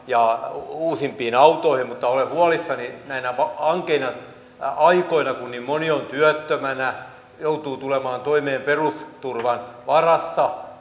ja uusimpiin autoihin mutta olen huolissani näinä ankeina aikoina siitä että kun niin moni on työttömänä joutuu tulemaan toimeen perusturvan varassa